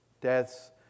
deaths